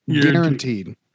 Guaranteed